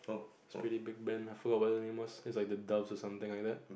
it's pretty big band lah forgot what the name was it's like the doves or something like that